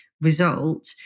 result